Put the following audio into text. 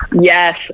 Yes